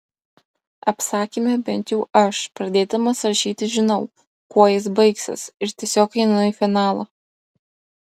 apsakyme bent jau aš pradėdamas rašyti žinau kuo jis baigsis ir tiesiog einu į finalą